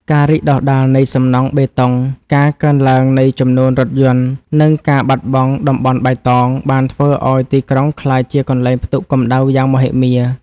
ការរីកដុះដាលនៃសំណង់បេតុង ការកើនឡើងនៃចំនួនរថយន្ត និងការបាត់បង់តំបន់បៃតង បានធ្វើឱ្យទីក្រុងក្លាយជាកន្លែងផ្ទុកកម្ដៅយ៉ាងមហិមា។